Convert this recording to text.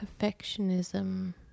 perfectionism